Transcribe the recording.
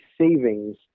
savings